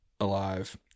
alive